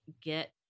get